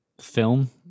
film